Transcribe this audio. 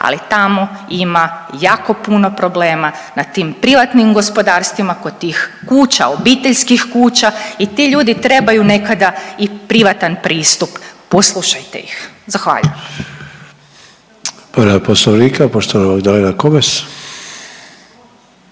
ali tamo ima jako puno problema na tim privatnim gospodarstvima kod tih kuća, obiteljskih kuća i ti ljudi trebaju nekada i privatan pristup, poslušajte ih. Zahvaljujem.